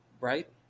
Right